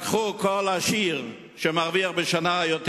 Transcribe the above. לקחו כל עשיר שמרוויח בשנה יותר